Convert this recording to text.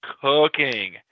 cooking